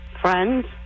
Friends